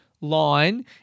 line